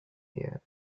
here